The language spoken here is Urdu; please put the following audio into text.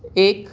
ایک